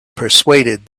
persuaded